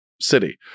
city